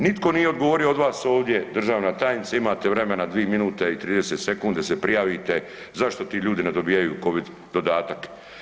Nitko nije odgovorio od vas ovdje državna tajnice, imate vremena 2 minute i 30 sekundi da se prijavite zašto ti ljudi ne dobivaju Covid dodatak.